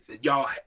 y'all